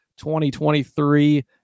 2023